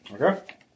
Okay